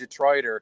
Detroiter